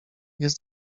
jest